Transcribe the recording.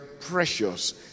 precious